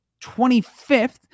25th